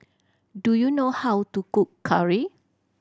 do you know how to cook curry